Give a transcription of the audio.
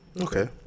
Okay